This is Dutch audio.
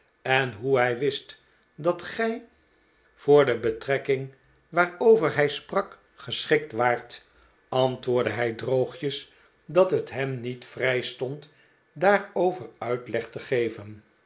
en hoe hij wist dat gij voor de betrekking waarover hij sprak geschikt waart antwoordde hij droogjes dat het hem niet vrijstond daarover uitleg te geven